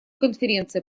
конференция